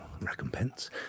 recompense